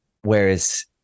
Whereas